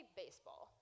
baseball